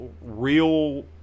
real